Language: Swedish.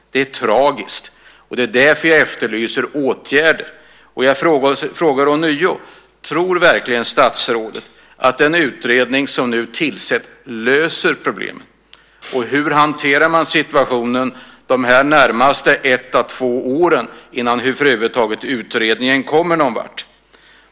Det är tragiskt, och därför efterlyser jag åtgärder. Jag frågar ånyo: Tror statsrådet verkligen att den utredning som nu tillsätts löser problemen, och hur hanterar man situationen de närmaste ett à två åren innan utredningen över huvud taget kommit någonvart?